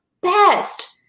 best